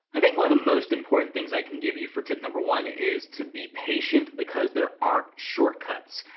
i think one of the most important things i can give you for tip number one is to be patient because there aren't shortcuts.